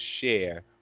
share